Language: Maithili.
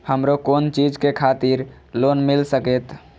हमरो कोन चीज के खातिर लोन मिल संकेत?